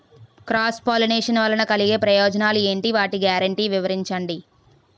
Cross pollination వలన కలిగే ప్రయోజనాలు ఎంటి? వాటి గ్యారంటీ వివరించండి?